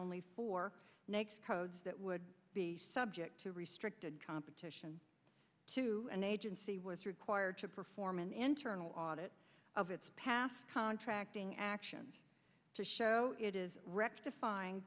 only four next codes that would be subject to restricted competition to an agency was required to perform an internal audit of its past contracting action to show it is rec